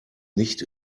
nicht